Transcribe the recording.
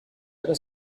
other